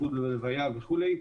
השתתפות בלוויה וכו'.